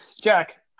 Jack